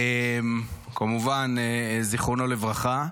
כמובן, זיכרונו לברכה.